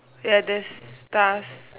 ya there's stars